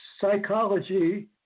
psychology